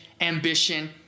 ambition